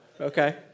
okay